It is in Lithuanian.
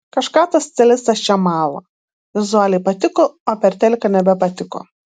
kažką tas stilistas čia mala vizualiai patiko o per teliką nebepatiko